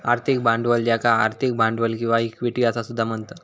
आर्थिक भांडवल ज्याका आर्थिक भांडवल किंवा इक्विटी असा सुद्धा म्हणतत